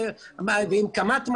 ועם קמ"ט מים,